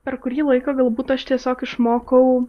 per kurį laiką galbūt aš tiesiog išmokau